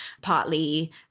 partly